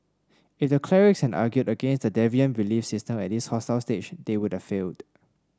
if the clerics had argued against the deviant belief system at this hostile stage they would have failed